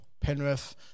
Penrith